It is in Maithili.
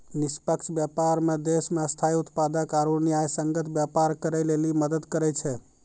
निष्पक्ष व्यापार मे देश मे स्थायी उत्पादक आरू न्यायसंगत व्यापार करै लेली मदद करै छै